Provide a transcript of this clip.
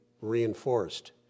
reinforced